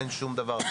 אין שום דבר.